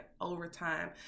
overtime